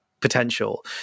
potential